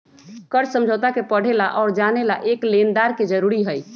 कर्ज समझौता के पढ़े ला और जाने ला एक लेनदार के जरूरी हई